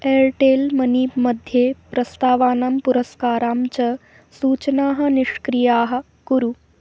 Airtel money मध्ये प्रस्तावानां पुरस्काराणां च सूचनाः निष्क्रियाः कुरु